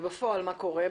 ובפועל מה קורה?